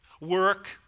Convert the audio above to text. work